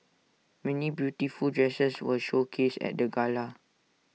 many beautiful dresses were showcased at the gala